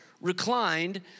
reclined